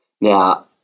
Now